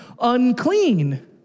unclean